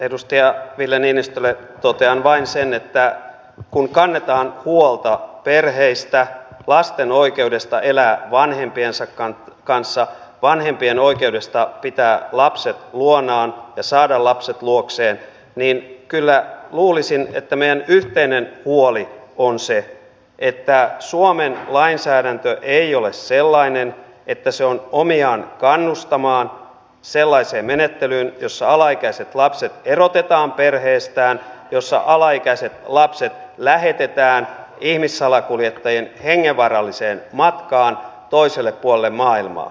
edustaja ville niinistölle totean vain sen että kun kannetaan huolta perheistä lasten oikeudesta elää vanhempiensa kanssa vanhempien oikeudesta pitää lapset luonaan ja saada lapset luokseen niin kyllä luulisin että meidän yhteinen huolemme on se että suomen lainsäädäntö ei olisi sellainen että se on omiaan kannustamaan sellaiseen menettelyyn jossa alaikäiset lapset erotetaan perheestään jossa alaikäiset lapset lähetetään ihmissalakuljettajien matkaan hengenvaaralliselle matkalle toiselle puolelle maailmaa